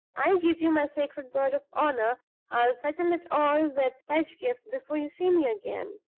i give you my sacred word of honor i'll settle it all with pedgift before you see me again.